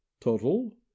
Total